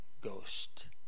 Ghost